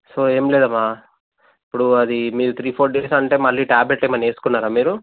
so ఏం లేదమ్మా ఇప్పుడు అది మీరు త్రీ ఫోర్ డేస్ అంటే మళ్ళీ టాబ్లెట్ ఏమన్నా వేసుకున్నారా మీరు